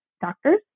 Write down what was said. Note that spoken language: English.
doctors